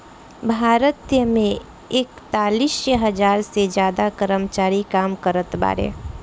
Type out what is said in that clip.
भारत मे एकतालीस हज़ार से ज्यादा कर्मचारी काम करत बाड़े